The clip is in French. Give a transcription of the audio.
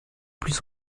plus